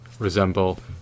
resemble